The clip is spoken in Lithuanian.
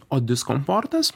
o diskomfortas